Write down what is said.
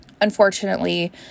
unfortunately